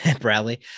Bradley